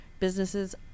businesses